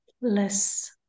less